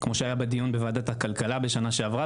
כמו שהיה בדיון של ועדת הכלכלה בשנה שעברה